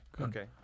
Okay